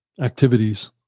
activities